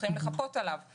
צריכים לחפות עליו.